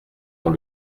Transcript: dans